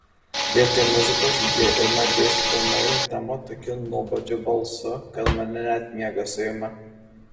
vietoj muzikos ji ima dėstyti naują temą tokiu nuobodžiu balsu kad mane net miegas suima